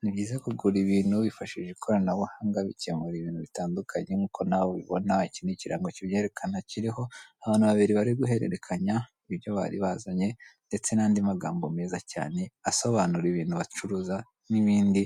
Ni byiza kugura ibintu wifashishije ikoranabuhanga, bikemura ibintu bitandukanye nk'uko nawe ubibona, iki ni ikirangi kibyerekana kiriho abantu babiri bari guhererekanya ibyo bari bazanye ndetse n'andi amagambo meza cyane asobanura ibintu bacuruza n'ibindi